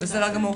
בסדר גמור.